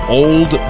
old